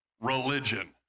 religion